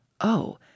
Oh